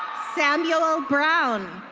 samuel brown.